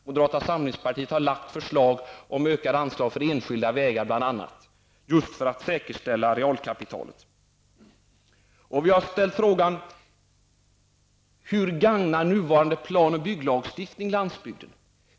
Moderata samlingspartiet har lagt fram förslag om ökade anslag till enskilda vägar, just för att säkerställa realkapitalet. Vi har ställt frågan: Hur gagnar nuvarande planoch bygglagstiftning landsbygden?